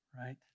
right